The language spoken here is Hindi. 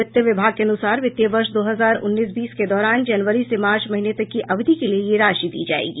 वित्त विभाग के अनुसार वित्तीय वर्ष दो हजार उन्नीस बीस के दौरान जनवरी से मार्च महीने तक की अवधि के लिए यह राशि दी जायेगी